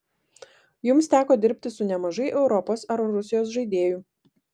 jums teko dirbti su nemažai europos ar rusijos žaidėjų